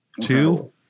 two